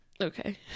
okay